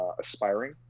aspiring